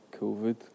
COVID